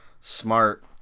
smart